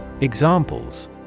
Examples